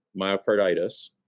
myocarditis